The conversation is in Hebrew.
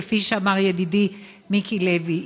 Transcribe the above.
כפי שאמר ידידי מיקי לוי.